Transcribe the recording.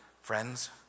Friends